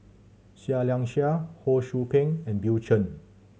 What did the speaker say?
Seah Liang Seah Ho Sou Ping and Bill Chen